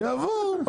שיבואו.